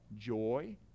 joy